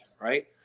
Right